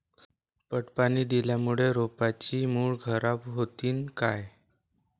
पट पाणी दिल्यामूळे रोपाची मुळ खराब होतीन काय?